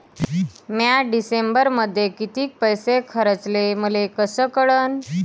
म्या डिसेंबरमध्ये कितीक पैसे खर्चले मले कस कळन?